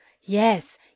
Yes